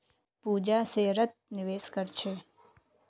पूजा शेयरत निवेश कर छे